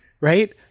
right